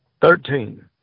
Thirteen